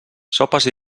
sopes